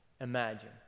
Imagine